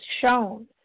shown